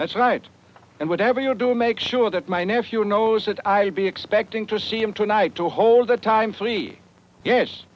that's right and whatever you do make sure that my nephew knows that i would be expecting to see him tonight to hold the time so he yes